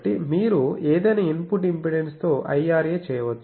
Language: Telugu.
కాబట్టి మీరు ఏదైనా ఇన్పుట్ ఇంపెడెన్స్తో IRA చేయవచ్చు